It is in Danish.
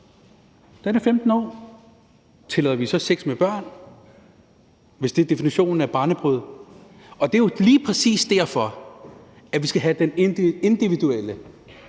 Den er 15 år. Tillader vi så sex med børn, hvis det er definitionen af barnebrude? Det er jo lige præcis derfor, vi skal have den individuelle